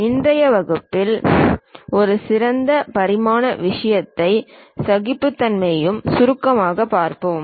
இன்றைய வகுப்பில் ஒரு சிறப்பு பரிமாண விஷயத்தையும் சகிப்புத்தன்மையையும் சுருக்கமாகப் பார்ப்போம்